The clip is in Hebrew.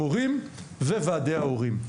המורים וועדי ההורים,